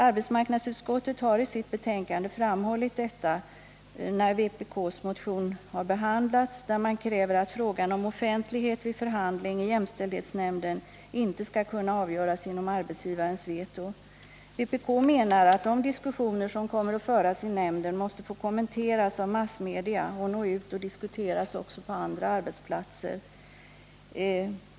Arbetsmarknadsutskottet har i sitt betänkande framhållit detta vid behandlingen av vpk:s motion, där det krävs att frågan om offentlighet vid förhandling i jämställdhetsnämnden inte skall kunna avgöras genom arbetsgivarens veto. Vpk menar att de diskussioner som kommer att föras i nämnden måste få kommenteras av massmedia och nå ut och diskuteras också på andra arbetsplatser.